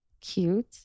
Cute